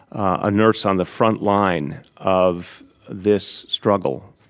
a nurse on the front line of this struggle,